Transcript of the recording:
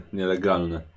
nielegalne